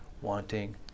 wanting